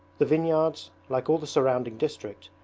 the vineyards, like all the surrounding district,